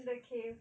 the cave